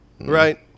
Right